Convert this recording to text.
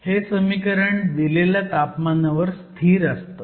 हे समीकरण दिलेल्या तापमानावर स्थिर असतं